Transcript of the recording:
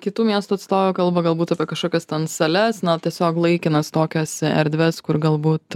kitų miestų atstovai kalba galbūt apie kažkokias ten sales na tiesiog laikinas tokias erdves kur galbūt